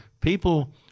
People